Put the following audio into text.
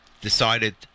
decided